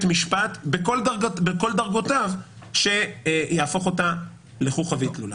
משפט בכל דרגותיו שהופכת את החקיקה לחוכא ואטלולא.